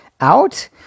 out